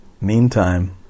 meantime